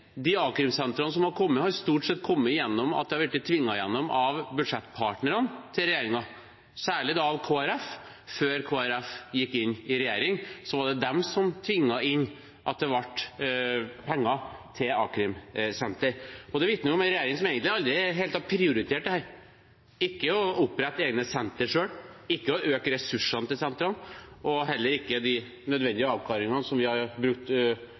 De a-krimsentrene som har kommet, har stort sett kommet gjennom at det har blitt tvunget igjennom av budsjettpartnerne til regjeringen, særlig da av Kristelig Folkeparti. Før Kristelig Folkeparti gikk inn i regjering, var det de som tvang inn at det ble penger til a-krimsentre. Det vitner om en regjering som egentlig aldri helt har prioritert dette – ikke å opprette egne sentre selv, ikke å øke ressursene til sentrene og heller ikke å komme med de nødvendige avklaringene, som vi har brukt